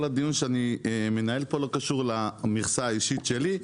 כל הדיון שאני מנהל פה לא קשור למכסה האישית שלי,